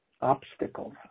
obstacles